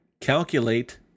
calculate